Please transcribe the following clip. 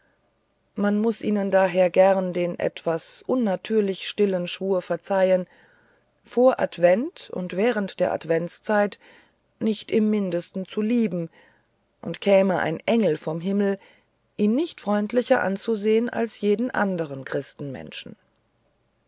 man muß ihnen daher gern den etwas unnatürlichen stillen schwur verzeihen vor advent und während der adventzeit nicht ich mindesten zu lieben und käme ein engel vom himmel ihn nicht freundlicher anzusehen als jeden anderen christenmenschen